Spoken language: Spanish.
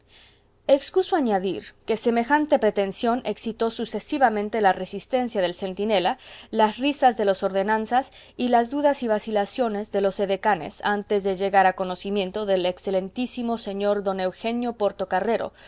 excuso añadir que semejante pretensión excitó sucesivamente la resistencia del centinela las risas de los ordenanzas y las dudas y vacilaciones de los edecanes antes de llegar a conocimiento del excelentísimo sr d eugenio portocarrero